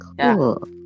cool